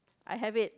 I have it